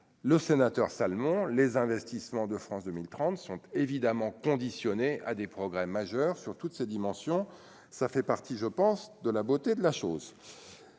le sénateur Salmon, les investissements de France 2030 sont évidemment conditionnée à des progrès majeurs sur toutes ses dimensions, ça fait partie je pense de la beauté de la chose,